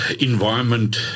environment